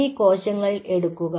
ഇനി ഈ കോശങ്ങൾ എടുക്കുക